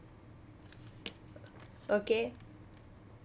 okay